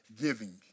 giving